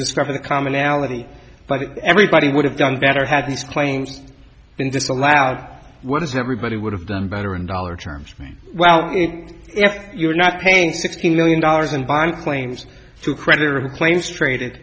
discover the commonality but everybody would have done better had these claims been disallowed what is everybody would have done better in dollar terms well if you're not paying sixteen million dollars in bond claims to creditor claims traded